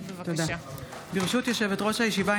ברשות יושבת-ראש הישיבה,